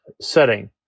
setting